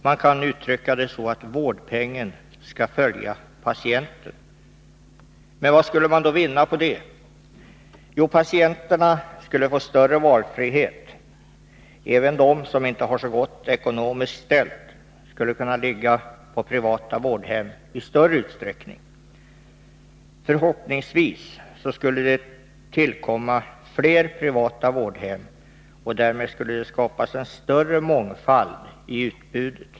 Man kan uttrycka det så att vårdpengen skall följa patienten. Vad skulle man då vinna på det? Jo, patienterna skulle få större valfrihet. Även de som ekonomiskt inte har det så gott ställt skulle i större utsträckning kunna ligga på privata vårdhem. Förhoppningsvis skulle det tillkomma fler privata vårdhem och därmed skapas en större mångfald i utbudet.